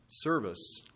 Service